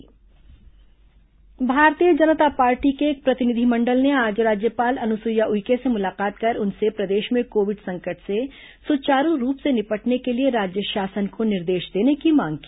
भाजपा राज्यपाल ज्ञापन भारतीय जनता पार्टी के एक प्रतिनिधिमंडल ने आज राज्यपाल अनुसुईया उइके से मुलाकात कर उनसे प्रदेश में कोविड संकट से सुचारू रूप से निपटने के लिए राज्य शासन को निर्देश देने की मांग की